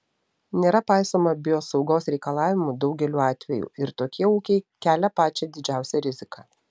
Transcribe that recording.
nėra paisoma biosaugos reikalavimų daugeliu atvejų ir tokie ūkiai kelia pačią didžiausią riziką